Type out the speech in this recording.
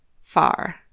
far